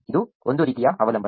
ಇದು ಒಂದು ರೀತಿಯ ಅವಲಂಬನೆ